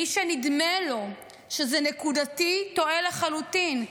מי שנדמה לו שזה נקודתי, טועה לחלוטין.